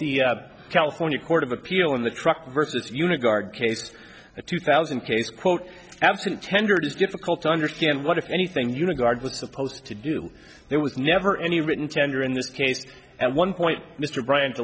the california court of appeal in the truck versus unit guard case a two thousand case quote absent tendered is difficult to understand what if anything you know guard was supposed to do there was never any written tender in this case at one point mr bryant